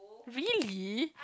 really